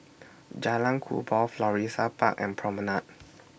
Jalan Kubor Florissa Park and Promenade